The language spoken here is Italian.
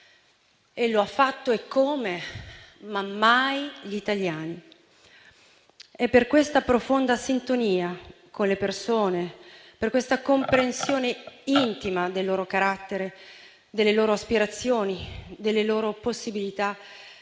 e lo ha fatto, eccome, ma mai gli italiani. Per questa profonda sintonia con le persone, per questa comprensione intima del loro carattere, delle loro aspirazioni, delle loro possibilità,